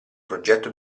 progetto